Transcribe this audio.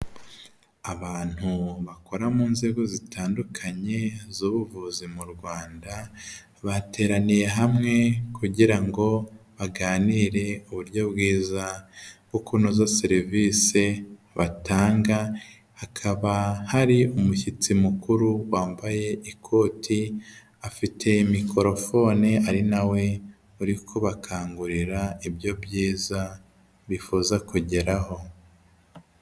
Abantu bakora mu nzego zitandukanye z'ubuvuzi mu Rwanda bateraniye hamwe kugira ngo baganire uburyo bwiza bwo kunoza serivisi batanga, hakaba hari umushyitsi mukuru wambaye ikoti afite mikorofone ari nawe uri kubakangurira ibyo byiza bifuza kugeraho.